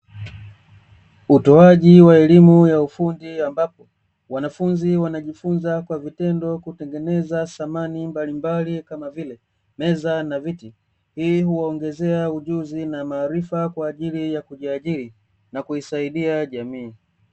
Utoaji wa elimu ya ufundi ambapo wanafunzi wanajifunza kwa vitendo kutengeneza samani mbalimbali kama vile meza na viti, hii huwaongezea ujuzi na maarifa kwa ajili ya kujiajiri na kuisaidia jamii.